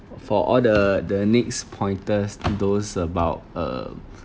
for all the the next pointers those about uh